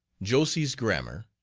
josse's grammar.